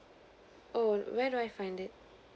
oh where do I find it